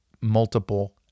multiple